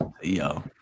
Yo